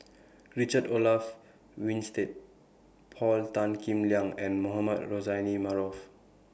Richard Olaf Winstedt Paul Tan Kim Liang and Mohamed Rozani Maarof